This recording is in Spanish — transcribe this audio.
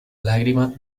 lágrima